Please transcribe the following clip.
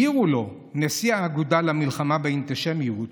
העירו לו, ונשיא האגודה למלחמה באנטישמיות